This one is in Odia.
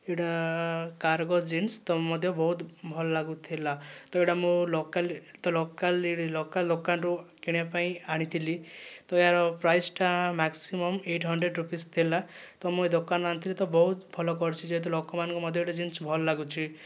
ଏହିଟା କାର୍ଗୋ ଜିନ୍ସ ତ ମଧ୍ୟ ବହୁତ ଭଲ ଲାଗୁଥିଲା ତ ଏହିଟା ମୁଁ ଲୋକାଲ୍ ଲୋକାଲ୍ ତ ଲୋକାଲ୍ ଦୋକାନରୁ କିଣିବା ପାଇଁ ଆଣିଥିଲି ତ ଏହାର ପ୍ରାଇଶ୍ ଟା ମ୍ୟାକ୍ସିମମ୍ ଏଇଟ୍ ହଣ୍ଡ୍ରେଡ଼୍ ରୁପିଜ୍ ଥିଲା ତ ମୁଁ ଏ ଦୋକାନରୁ ଆଣିଥିଲି ତ ବହୁତ ଭଲ କରିଛି ଯେହେତୁ ଲୋକମାନଙ୍କୁ ମଧ୍ୟ ଜିନ୍ସ ଭଲ ଲାଗୁଛି